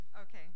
Okay